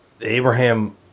Abraham